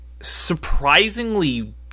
surprisingly